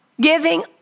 Giving